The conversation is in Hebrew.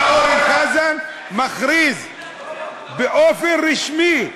בא אורן חזן ומכריז באופן רשמי.